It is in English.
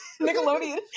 nickelodeon